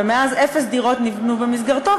ומאז אפס דירות נבנו במסגרתו.